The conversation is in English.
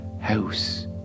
house